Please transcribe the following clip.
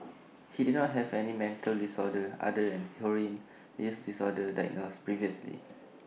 he did not have any mental disorder other than heroin use disorder diagnosed previously